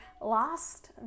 lost